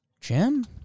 Jim